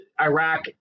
Iraq